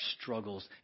struggles